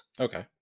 okay